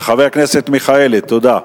חבר הכנסת מיכאלי, תודה.